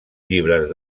llibres